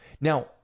Now